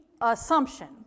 assumption